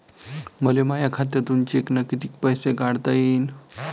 मले माया खात्यातून चेकनं कितीक पैसे काढता येईन?